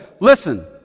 listen